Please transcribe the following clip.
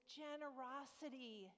generosity